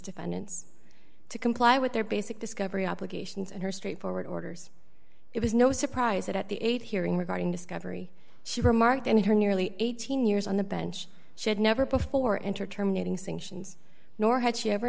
defendants to comply with their basic discovery obligations and her straightforward orders it was no surprise that at the eight hearing regarding discovery she remarked in her nearly eighteen years on the bench she had never before enter terminating sing sions nor had she ever